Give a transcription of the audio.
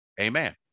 Amen